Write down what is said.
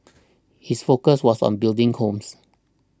his focus was on building homes